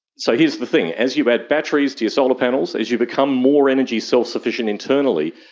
so here's the thing, as you add batteries to your solar panels, as you become more energy self-sufficient internally,